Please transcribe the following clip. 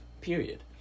period